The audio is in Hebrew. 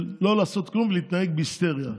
של לא לעשות כלום ולהתנהג בהיסטריה.